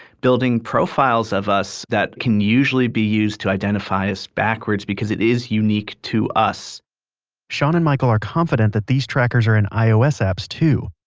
building profiles of us that, can usually be used to identify us backwards because it is unique to us sean and michael are confident that these trackers are in ios apps, too.